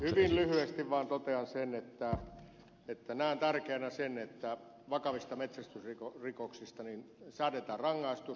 hyvin lyhyesti vaan totean sen että näen tärkeänä sen että vakavista metsästysrikoksista säädetään rangaistus